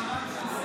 היא במעמד של שר.